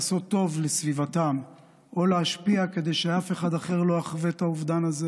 לעשות טוב לסביבתן: או להשפיע כדי שאף אחד אחר לא יחווה את האובדן הזה